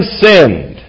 sinned